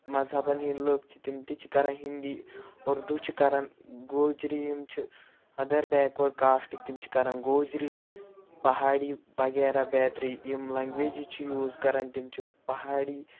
مذہَبَن ہِںٛدۍ لُکھ چھِ تِم تہِ چھِ کَران ہِندی اُردو چھِ کَران گوجری یِم چھِ اَدَر بیکوٲڑ کاسٹٕکۍ تِم چھِ کَران گوجری پہاڑی وغیرہ بیترِ یِم لینٛگویجِز چھِ یوٗز کَران تِم چھِ پہاڑی